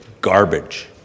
garbage